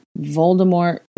Voldemort